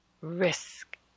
risk